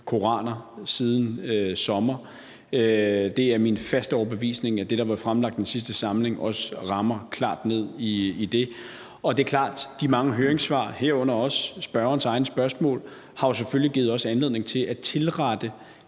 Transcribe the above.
koraner siden sommer. Det er min faste overbevisning, at det, der blev fremsat i sidste samling, også rammer klart ned i det, og det er klart, at de mange høringssvar, herunder også spørgerens egne spørgsmål, selvfølgelig har givet os anledning til at tilrette